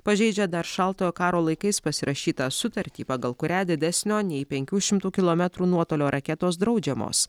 pažeidžia dar šaltojo karo laikais pasirašytą sutartį pagal kurią didesnio nei penkių šimtų kilometrų nuotolio raketos draudžiamos